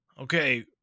Okay